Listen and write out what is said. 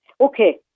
Okay